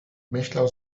myślał